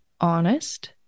honest